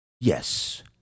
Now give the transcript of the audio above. Yes